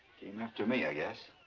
came after me, i guess.